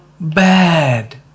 bad